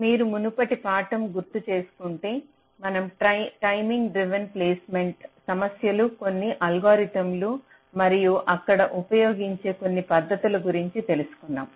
మీరు మునుపటి పాఠం గుర్తుచేసుకుంటే మనం టైమింగ్ డ్రివెన్ ప్లేస్మెంట్ సమస్యలు కొన్ని అల్గోరిథంలు మరియు అక్కడ ఉపయోగించే కొన్ని పద్ధతుల గురించి తెలుసుకున్నాం